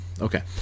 Okay